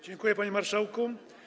Dziękuję, panie marszałku.